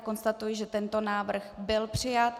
Konstatuji, že tento návrh byl přijat.